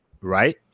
right